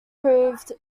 proved